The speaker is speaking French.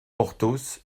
porthos